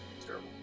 terrible